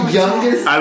youngest